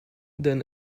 than